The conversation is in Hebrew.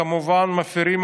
את